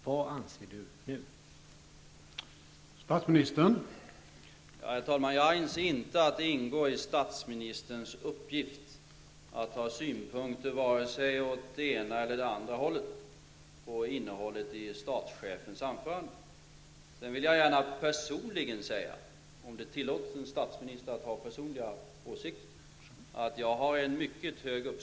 Vad anser Carl Bildt nu?